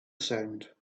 sound